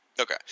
Okay